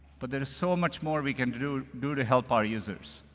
but there is so much more we can do do to help our users.